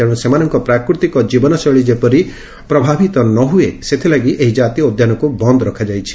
ତେଣୁ ସେମାନଙ୍କ ପ୍ରାକୃତିକ ଜୀବନଶୈଳୀ ଯେପରି ପ୍ରଭାବିତ ନହେବ ସେଥିଲାଗି ଏହି ଜାତୀୟ ଉଦ୍ୟାନକୁ ବନ୍ଦ ରଖାଯାଇଛି